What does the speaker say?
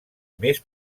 més